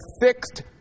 fixed